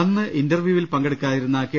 അന്ന് ഇന്റർവ്യൂവിൽ പങ്കെടുക്കാതി രുന്ന കെ